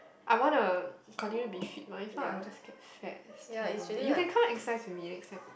I wanna continue to be fit ah if not I will just get fat that's terrible you can come exercise with me next time